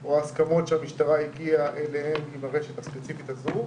או ההסכמות שהמשטרה הגיעה אליהן עם הרשת הספציפית הזו.